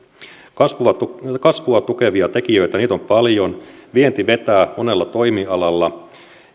kasvua tukevia tekijöitä on paljon vienti vetää monella toimialalla